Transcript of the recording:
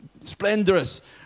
splendorous